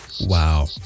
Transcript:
Wow